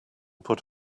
put